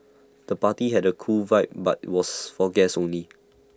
the party had A cool vibe but was for guests only